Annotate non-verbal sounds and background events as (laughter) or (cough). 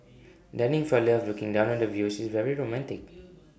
dining for love looking down on the views is very romantic (noise)